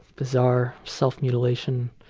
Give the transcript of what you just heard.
bizarre self-mutilation